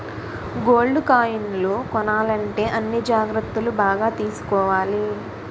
gold కాయిన్లు కొనాలంటే అన్ని జాగ్రత్తలు బాగా తీసుకోవాలి